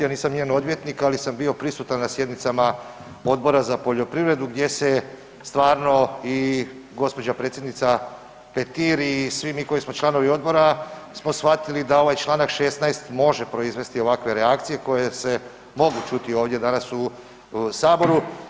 Ja nisam njen odvjetnik, ali sam bio prisutan na sjednicama Odbora za poljoprivredu gdje se stvarno i gospođa predsjednica Petir i svi mi koji smo članovi odbora smo shvatili da ovaj Članak 16. može proizvesti ovakve reakcije koje se mogu čuti ovdje danas u saboru.